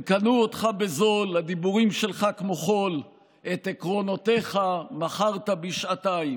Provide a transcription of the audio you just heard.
הם קנו אותך בזול / הדיבורים שלך כמו חול / את עקרונותייך מכרת בשעתיים.